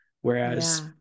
Whereas